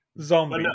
zombie